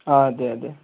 ആ അതെ അതെ